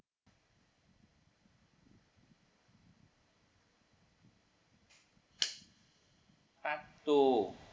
part two